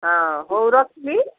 ହଁ ହଉ ରଖୁଛି